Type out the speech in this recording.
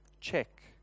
check